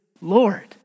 Lord